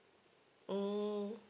mm